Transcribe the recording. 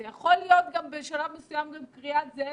יכול להיות בשלב מסוים גם קריאת "זאב,